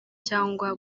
cyangwa